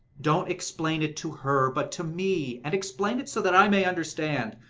don't explain it to her, but to me, and explain it so that i may understand.